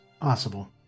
possible